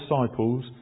disciples